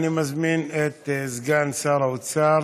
אני מזמין את סגן שר האוצר